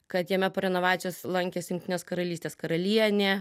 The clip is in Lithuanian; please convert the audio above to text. kad jame po renovacijos lankėsi jungtinės karalystės karalienė